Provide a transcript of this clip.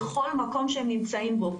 בכל מקום שהם נמצאים בו.